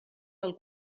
del